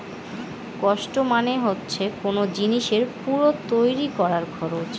cost মানে হচ্ছে কোন জিনিসের পুরো তৈরী করার খরচ